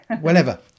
whenever